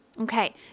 Okay